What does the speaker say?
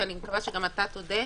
אני מקווה שגם אתה תודה,